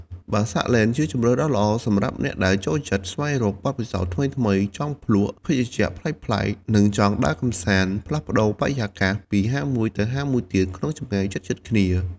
បាសាក់ ឡេន ជាជម្រើសដ៏ល្អសម្រាប់អ្នកដែលចូលចិត្តស្វែងរកបទពិសោធន៍ថ្មីៗ ចង់ភ្លក្សភេសជ្ជៈប្លែកៗ និងចង់ដើរកម្សាន្តផ្លាស់ប្តូរបរិយាកាសពីហាងមួយទៅហាងមួយទៀតក្នុងចម្ងាយជិតៗគ្នា។